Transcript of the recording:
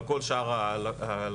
אבל כל שאר הלקוחות,